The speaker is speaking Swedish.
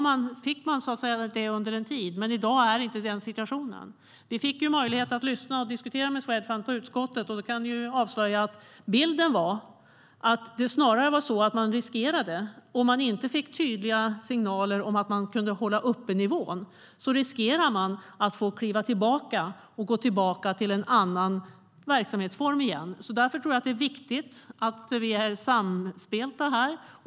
Man fick det under en tid. Men i dag är situationen inte den. Vi fick möjlighet att lyssna till och diskutera med Swedfund i utskottet. Jag kan avslöja att bilden var att om man inte fick tydliga signaler om att kunna hålla uppe nivån riskerade man att få kliva tillbaka och gå tillbaka till en annan verksamhetsform. Det är viktigt att vi här är samspelta.